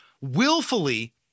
willfully